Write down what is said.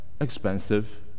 expensive